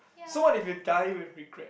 so what if you die with regret